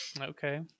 Okay